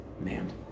man